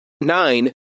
nine